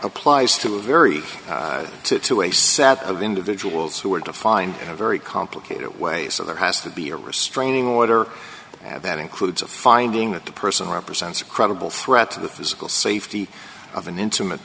applies to a very to to a set of individuals who are to find a very complicated way so there has to be a restraining order that includes a finding that the person represents a credible threat to the physical safety of an intimate